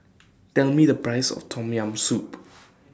Tell Me The Price of Tom Yam Soup